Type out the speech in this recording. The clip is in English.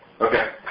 Okay